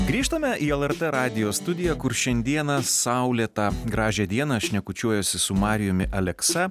grįžtame į lrt radijo studiją kur šiandieną saulėtą gražią dieną šnekučiuojuosi su marijumi aleksa